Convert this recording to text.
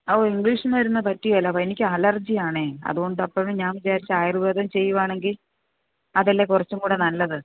അവ് ഇംഗ്ലീഷ് മരുന്ന് പറ്റുകയില്ല എനിക്ക് അലർജ്ജി ആണേ അതുകൊണ്ട് അപ്പഴും ഞാൻ വിചാരിച്ചു ആയുർവേദം ചെയ്യുവാണെങ്കിൽ അതല്ലേ കുറച്ചും കൂടെ നല്ലത്